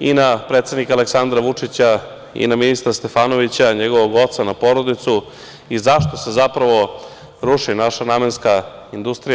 i na predsednika Aleksandra Vučića i na ministra Stefanovića, njegovog oca, na porodicu i zašto se zapravo ruši naša namenska industrija.